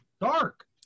Dark